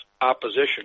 opposition